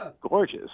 gorgeous